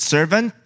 Servant